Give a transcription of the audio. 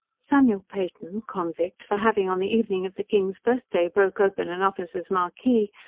samuel peyton, convict, for having on the evening of the king's birth-day broke open an officer's marquee,